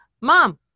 mom